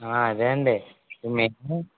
అదే అండి మేము